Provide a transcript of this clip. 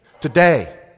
today